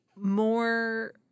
More